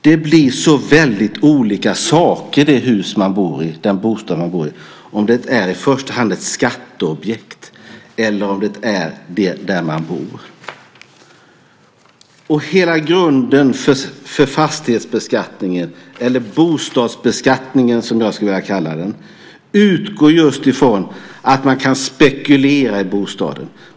Den bostad man bor i blir så väldigt olika saker beroende på om det i första hand är ett skatteobjekt eller om det är där man bor. Hela grunden för fastighetsbeskattningen, eller bostadsbeskattningen som jag skulle vilja kalla den, utgår just ifrån att man kan spekulera i bostaden.